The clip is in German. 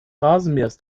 rasenmähers